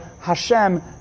Hashem